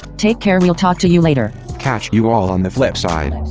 take care. we'll talk to you later catch you all on the flip side